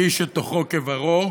איש שתוכו כברו.